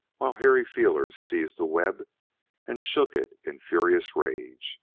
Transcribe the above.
while hairy feelers seized the web and shook it in furious rage.